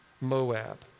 Moab